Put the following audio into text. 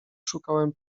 szukałem